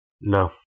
No